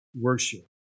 Worship